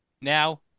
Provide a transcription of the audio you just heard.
Now